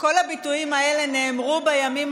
אבל נאפשר לחברת הכנסת זנדברג לדבר.